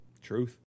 Truth